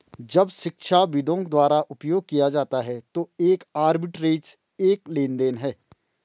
जब शिक्षाविदों द्वारा उपयोग किया जाता है तो एक आर्बिट्रेज एक लेनदेन है